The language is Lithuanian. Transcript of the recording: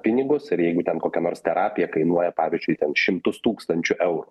pinigus ir jeigu ten kokia nors terapija kainuoja pavyzdžiui ten šimtus tūkstančių eurų